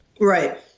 Right